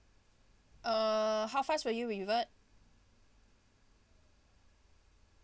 uh how fast will you revert